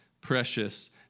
precious